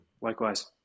Likewise